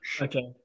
okay